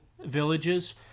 villages